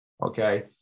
Okay